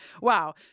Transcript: Wow